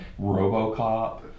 Robocop